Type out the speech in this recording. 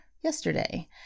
yesterday